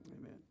Amen